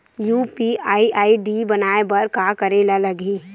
UPI ID बनाये बर का करे ल लगही?